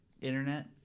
internet